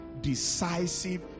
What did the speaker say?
decisive